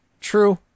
True